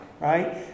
right